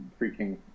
freaking